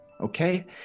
okay